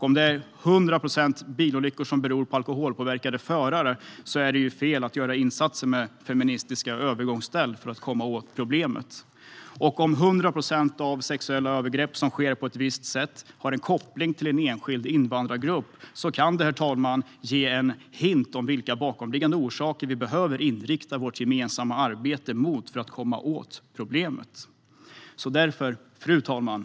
Om 100 procent av bilolyckor beror på alkoholpåverkade förare är det fel att göra insatser med feministiska övergångsställen för att komma åt problemet. Och om 100 procent av sexuella övergrepp som sker på ett visst sätt har en koppling till en enskild invandrargrupp kan det ge en hint om vilka bakomliggande orsaker vi behöver inrikta vårt gemensamma arbete mot, för att komma åt problemet. Fru talman!